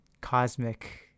cosmic